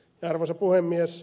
arvoisa puhemies